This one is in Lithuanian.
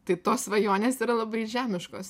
tai tos svajonės yra labai žemiškos